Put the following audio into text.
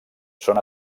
són